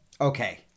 Okay